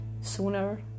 sooner